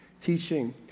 teaching